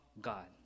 God